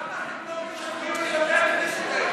אבל למה אתם לא משפצים את בתי הכנסת האלה?